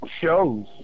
shows